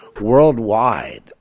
worldwide